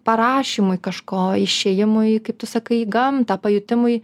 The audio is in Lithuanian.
parašymui kažko išėjimui kaip tu sakai gamtą pajutimui